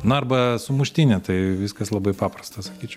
na arba sumuštinį tai viskas labai paprasta sakyčiau